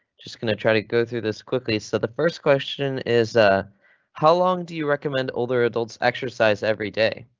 just gonna try to go through this quickly. so the first question is ah how long do you recommend older adults exercise every day?